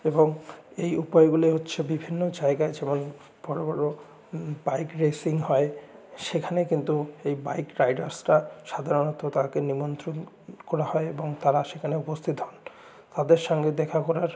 এবং এই উপায়গুলি হচ্ছে বিভিন্ন জায়গায় যেমন বড় বড় বাইক রেসিং হয় সেখানে কিন্তু এই বাইক রাইডার্সরা সাধারণত তাকে নিমন্ত্রণ করা হয় এবং তারা সেখানে উপস্থিত হন তাদের সঙ্গে দেখা করার